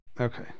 okay